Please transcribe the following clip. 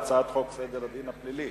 ההצעה להעביר את הצעת חוק סדר הדין הפלילי